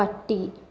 പട്ടി